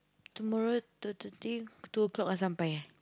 tomorrow twelve thirty two o-clock nak sampai eh